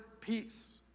peace